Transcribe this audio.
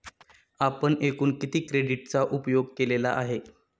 आपण एकूण किती क्रेडिटचा उपयोग केलेला आहे?